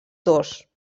dos